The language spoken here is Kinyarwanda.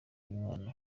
umwana